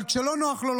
אבל כשלא נוח לו,